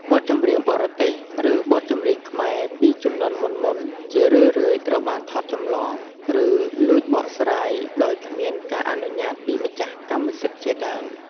បទចម្រៀងបរទេស ឬបទចម្រៀងខ្មែរពីជំនាន់មុនៗ ជារឿយៗត្រូវបានថតចម្លង ឬលួចបកស្រាយដោយគ្មានការអនុញ្ញាតពីម្ចាស់កម្មសិទ្ធិដើម។